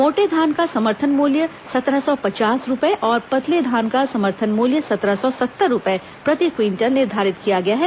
मोटे धान का समर्थन मूल्य सत्रह सौ पचास रूपये और पतले धान का समर्थन मूल्य सत्रह सौ सत्तर रूपये प्रति क्विंटल निर्धारित किया गया है